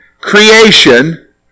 creation